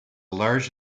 large